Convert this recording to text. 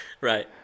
Right